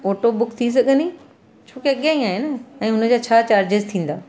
auto book थी सघंदी छो की अॻियां ई आहे न ऐं हुनजा छा चार्जेस थींदा